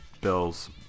bill's